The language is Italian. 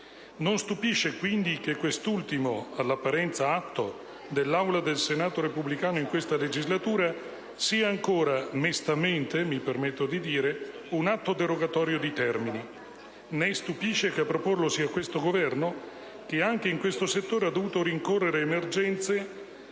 Non stupisce, quindi, che quest'ultimo - all'apparenza - atto dell'Aula del Senato repubblicano in questa legislatura sia ancora - mestamente, mi permetto di dire - un atto derogatorio di termini; né stupisce che a proporlo sia questo Governo, che anche in questo settore ha dovuto rincorrere emergenze